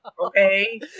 Okay